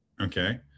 okay